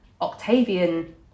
Octavian